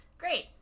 Great